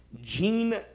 Gene